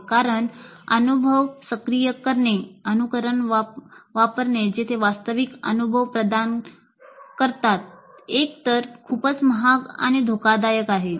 नवीन अनुभव सक्रिय करणे अनुकरण वापरणे जेथे वास्तविक अनुभव प्रदान करणे एकतर खूपच महाग किंवा धोकादायक आहे